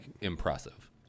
impressive